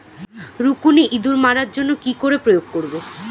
রুকুনি ইঁদুর মারার জন্য কি করে প্রয়োগ করব?